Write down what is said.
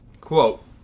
Quote